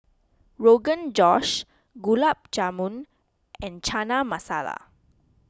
Rogan Josh Gulab Jamun and Chana Masala